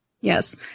Yes